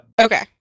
Okay